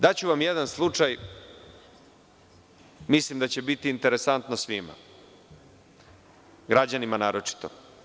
Daću vam jedan slučaj, mislim da će biti interesantno svima, građanima naročito.